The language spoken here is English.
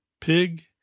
Pig